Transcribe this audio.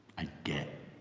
i get